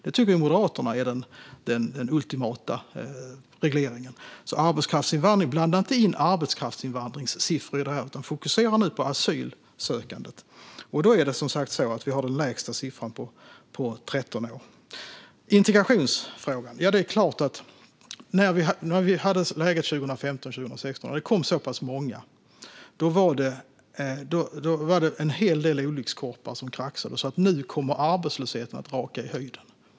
Det tycker Moderaterna är den ultimata regleringen. Så blanda inte arbetskraftsinvandringssiffror i det här, utan fokusera på asylsökandet! Där har vi som sagt den lägsta siffran på 13 år. När det gäller integrationsfrågan var det 2015-2016, när det kom så pass många, en hel del olyckskorpar som kraxade och sa att nu kommer arbetslösheten att raka i höjden.